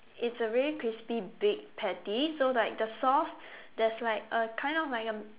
it's a really crispy big patty so like the sauce there's like a kind of like a